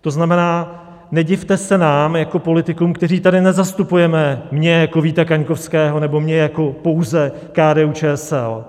To znamená, nedivte se nám jako politikům, kteří tady nezastupujeme mě jako Víta Kaňkovského nebo mě jako pouze KDUČSL,